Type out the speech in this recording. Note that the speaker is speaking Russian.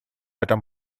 этом